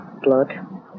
blood